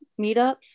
meetups